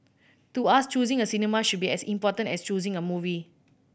to us choosing a cinema should be as important as choosing a movie